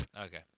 Okay